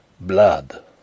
Blood